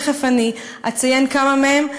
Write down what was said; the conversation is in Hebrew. תכף אני אציין כמה מהם.